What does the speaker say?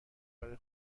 برای